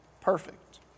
perfect